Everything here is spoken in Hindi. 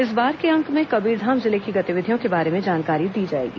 इस बार के अंक में कबीरधाम जिले की गतिविधियों के बारे में जानकारी दी जाएगी